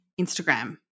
Instagram